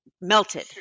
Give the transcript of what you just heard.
melted